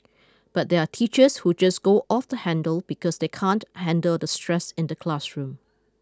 but there are teachers who just go off the handle because they can't handle the stress in the classroom